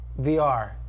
VR